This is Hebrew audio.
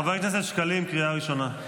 חבר הכנסת שקלים, קריאה ראשונה.